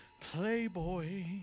playboy